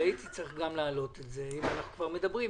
הרי הייתי צריך להעלות גם את זה אם אנחנו כבר מדברים,